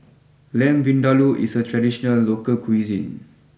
Lamb Vindaloo is a traditional local cuisine